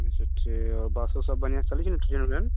अच्छा ठीक बस उस सब बढ़िआँसँ चलै छै ने ट्रेन व्रेन